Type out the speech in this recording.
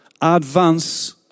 Advance